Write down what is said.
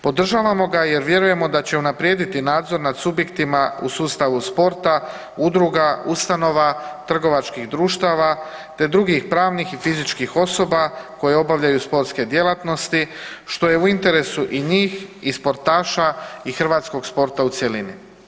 Podržavamo ga jer vjerujemo da će unaprijediti nadzor nad subjektima u sustavu sporta, udruga, ustanova, trgovačkih društava, te drugih pravnih i fizičkih osoba koje obavljaju sportske djelatnosti, što je u interesu i njih i sportaša i hrvatskog sporta u cjelini.